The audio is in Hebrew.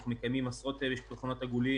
אנחנו מקיימים עשרות שולחנות עגולים